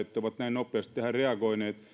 näin nopeasti tähän reagoineet